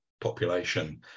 population